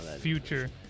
future